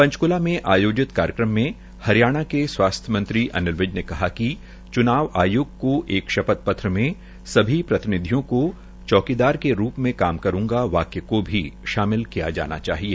पंचक्ला में आयोजित कार्यक्रम में हरियाणा के स्वास्थ्य मंत्री अनिल विज ने कहा कि चूनाव आयोग को एक शपथ पत्र में सभी प्रतिनिधियों के रूप में काम करूगा वाक्य को भी शामिल किया जाना चाहिए